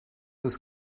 ist